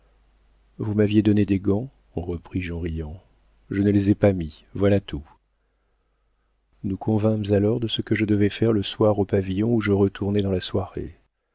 vous m'aviez donné des gants repris-je en riant je ne les ai pas mis voilà tout nous convînmes alors de ce que je devais faire le soir au pavillon où je retournai dans la soirée